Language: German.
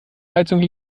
heizung